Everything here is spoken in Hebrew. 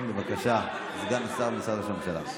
בבקשה, סגן השר במשרד ראש הממשלה.